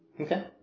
Okay